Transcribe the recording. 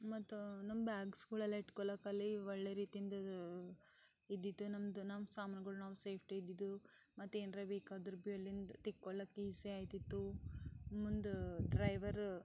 ಮತ್ತು ನಮ್ಮ ಬ್ಯಾಗ್ಸ್ಗಳೆಲ್ಲ ಇಟ್ಕೊಳ್ಳೋಕಲ್ಲಿ ಒಳ್ಳೆ ರೀತಿಯಿಂದ ಇದು ಇದ್ದಿತು ನಮ್ದು ನಮ್ಮ ಸಾಮಾನುಗಳು ನಾವು ಸೇಫ್ಟಿ ಇದ್ದಿದ್ದು ಮತ್ತೆ ಏನಾರ ಬೇಕಾದ್ರೂ ಭೀ ಅಲ್ಲಿಂದ ತಕ್ಕೊಳ್ಳೋಕೆ ಈಝಿ ಆಗ್ತಿತ್ತು ಮುಂದೆ ಡ್ರೈವರ್